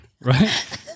Right